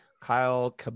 Kyle